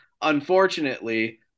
unfortunately